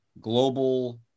global